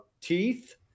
Teeth